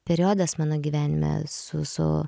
periodas mano gyvenime su su